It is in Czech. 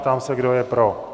Ptám se, kdo je pro.